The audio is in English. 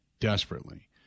desperately